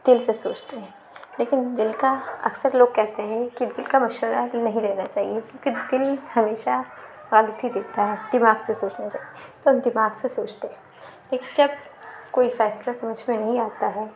دِل سے سوچتے ہیں لیکن دِل کا اکثر لوگ کہتے ہیں کہ دِل کا مشورہ نہیں لینا چاہیے کیوں کہ دِل ہمیشہ فالتی دیتا ہے دماغ سے سوچنا چاہیے تو ہم دماغ سے سوچتے ہیں لیکن جب کوئی فیصلہ سمجھ میں نہیں آتا ہے